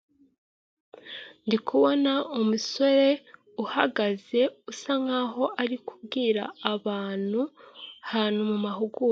Uyu ni umugabo ubona usa nk'ukuze arishimye cyane kumaso ye, agasatsi ke karasokoje, yambaye ikanzu y'umutuku ifite n'amabara y'umweru, hagati.